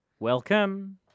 Welcome